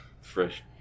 fresh